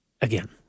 Again